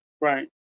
Right